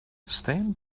stand